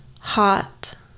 hot